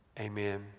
Amen